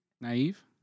Naive